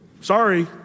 Sorry